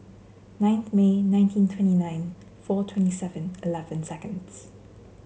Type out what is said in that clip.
ninth May nineteen twenty nine four twenty Seven Eleven seconds